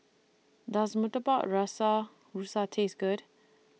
Does Murtabak Rusa Taste Good